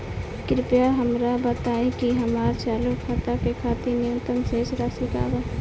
कृपया हमरा बताइ कि हमार चालू खाता के खातिर न्यूनतम शेष राशि का बा